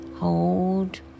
Hold